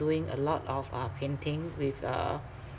doing a lot of uh painting with uh